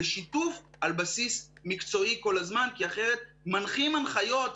בשיתוף על בסיס מקצועי כל הזמן כי אחרת מנחים הנחיות,